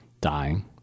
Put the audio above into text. dying